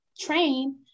train